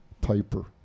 Piper